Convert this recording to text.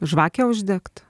žvakę uždegt